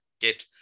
get